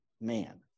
man